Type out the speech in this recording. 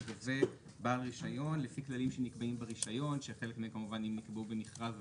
בעל רישיון לפי כללים שנקבעים ברישיון שחלק מהם אם נקבעו במכרז,